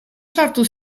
sartu